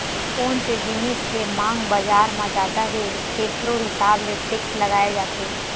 कोन से जिनिस के मांग बजार म जादा हे तेखरो हिसाब ले टेक्स लगाए जाथे